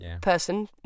Person